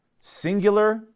Singular